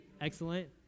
Excellent